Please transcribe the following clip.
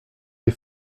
des